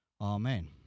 amen